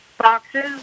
boxes